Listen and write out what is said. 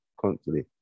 constantly